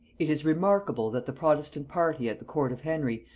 it is remarkable that the protestant party at the court of henry,